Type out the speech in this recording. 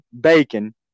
bacon